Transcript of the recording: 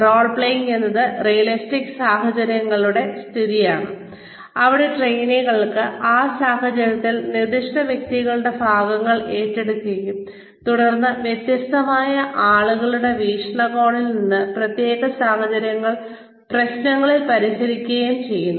role playing എന്നത് realistic സാഹചര്യങ്ങളുടെ സൃഷ്ടിയാണ് അവിടെ ട്രെയിനികൾ ആ സാഹചര്യത്തിൽ നിർദ്ദിഷ്ട വ്യക്തികളുടെ ഭാഗങ്ങൾ ഏറ്റെടുക്കുകയും തുടർന്ന് വ്യത്യസ്ത ആളുകളുടെ വീക്ഷണകോണിൽ നിന്ന് പ്രത്യേക സാഹചര്യങ്ങളിൽ പ്രശ്നങ്ങൾ പരിഹരിക്കുകയും ചെയ്യുന്നു